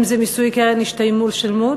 אם מיסוי קרן השתלמות,